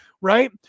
right